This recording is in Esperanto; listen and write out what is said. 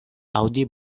aŭdi